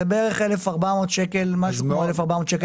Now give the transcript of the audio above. זה בערך 1,400 ₪ לחדר.